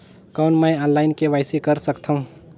कौन मैं online KYC कर सकथव?